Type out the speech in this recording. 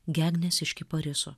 gegnės iš kipariso